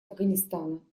афганистана